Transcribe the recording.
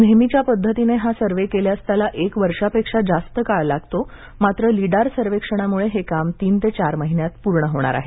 नेहमीच्या पद्धतीने हा सर्वे केल्यास त्याला एक वर्षापेक्षा जास्त काळ लागतो मात्र लीडार सर्वेक्षणामुळे हे काम तीन ते चार महिन्यात पूर्ण होणार आहे